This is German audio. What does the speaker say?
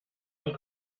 und